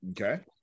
Okay